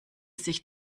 sich